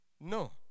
no